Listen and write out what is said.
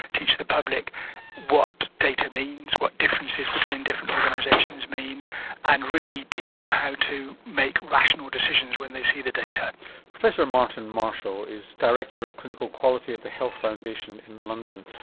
teach the public what the data means, what differences between different organisations mean and really teach them how to make rational decisions when they see the data. professor martin marshall is director of clinical quality at the health foundation in london.